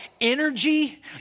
energy